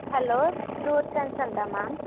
hello tour consultant ma'am